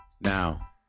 Now